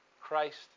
Christ